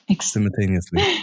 Simultaneously